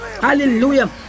Hallelujah